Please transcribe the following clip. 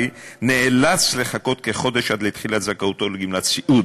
נאלץ לחכות כחודש עד לתחילת זכאותו לגמלת סיעוד,